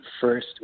first